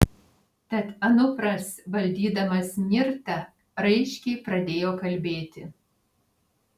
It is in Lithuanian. tad anupras valdydamas nirtą raiškiai pradėjo kalbėti